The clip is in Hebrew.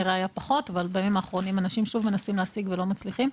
אבל בימים האחרונים אנשים שוב מנסים להשיג ולא מצליחים.